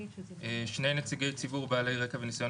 שני נציגי ציבור בעלי רקע וניסיון